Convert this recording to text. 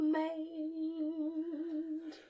made